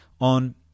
on